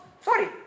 sorry